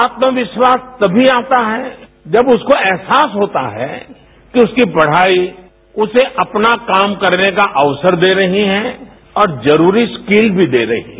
आत्मविश्वास तमी आता है जब उसको एहसास होता है कि उसकी पढ़ाई उसे अपना काम करने का अवसर दे रहे हैं और जरूरी स्किल भी दे रहे हैं